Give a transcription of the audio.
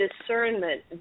discernment